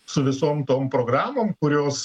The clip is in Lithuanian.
su visom tom programom kurios